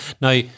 Now